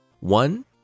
One